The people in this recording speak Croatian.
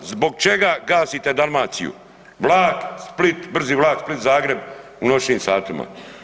Zbog čega gasite Dalmaciju, vlak, Split, brzi vlak Split-Zagreb u noćnim satima?